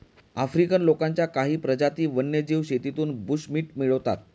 African लोकांच्या काही प्रजाती वन्यजीव शेतीतून बुशमीट मिळवतात